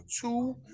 two